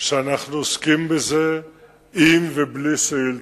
שאנחנו עוסקים בזה עם ובלי שאילתות,